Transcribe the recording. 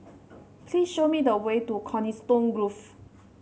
please show me the way to Coniston Grove